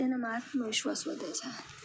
એનામાં આત્મવિશ્વાસ વધે છે